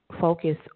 focus